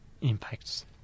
impacts